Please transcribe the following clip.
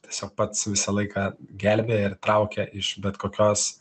tiesiog pats visą laiką gelbėja ir traukia iš bet kokios